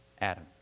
Adam